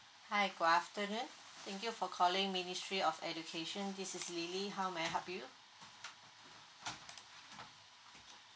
hi good afternoon thank you for calling ministry of education this is lily how may I help you